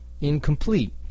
incomplete